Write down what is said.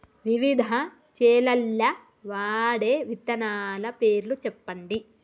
వివిధ చేలల్ల వాడే విత్తనాల పేర్లు చెప్పండి?